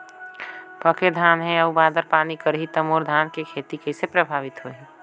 पके धान हे अउ बादर पानी करही त मोर धान के खेती कइसे प्रभावित होही?